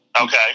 Okay